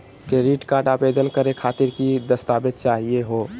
Credit card आवेदन करे खातीर कि क दस्तावेज चाहीयो हो?